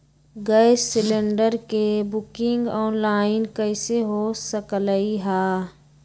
Gas cylinder के booking online कईसे हो सकलई ह?